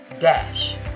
Dash